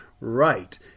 right